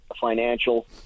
financial